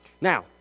Now